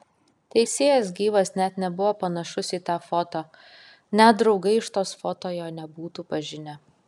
teisėjas gyvas net nebuvo panašus į tą foto net draugai iš tos foto jo nebūtų pažinę